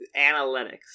Analytics